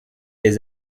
les